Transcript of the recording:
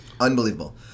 Unbelievable